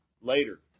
later